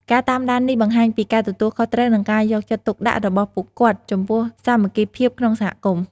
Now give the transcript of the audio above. ការតាមដាននេះបង្ហាញពីការទទួលខុសត្រូវ និងការយកចិត្តទុកដាក់របស់ពួកគាត់ចំពោះសាមគ្គីភាពក្នុងសហគមន៍។